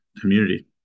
community